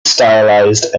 stylized